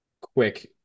quick –